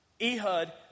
Ehud